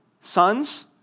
sons